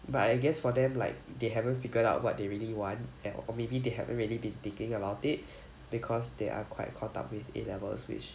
but I guess for them like they haven't figured out what they really want and or maybe they have already been thinking about it because they are quite caught up with A levels which